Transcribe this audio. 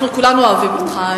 אנחנו כולנו אוהבים אותך,